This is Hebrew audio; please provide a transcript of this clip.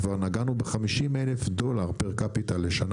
כבר נגענו ב-50,000 דולר פר קפיטל לשנה,